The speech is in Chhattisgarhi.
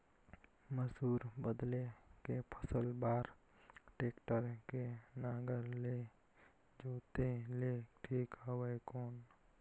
मसूर बदले के फसल बार टेक्टर के नागर ले जोते ले ठीक हवय कौन?